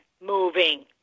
moving